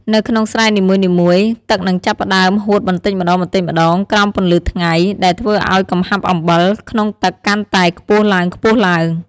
នៅក្នុងស្រែនីមួយៗ ទឹកនឹងចាប់ផ្តើមហួតបន្តិចម្ដងៗក្រោមពន្លឺថ្ងៃ ដែលធ្វើឱ្យកំហាប់អំបិលក្នុងទឹកកាន់តែខ្ពស់ឡើងៗ។